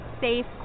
safe